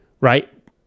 right